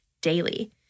daily